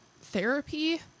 therapy